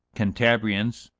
cantabrians,